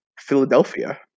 Philadelphia